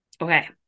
Okay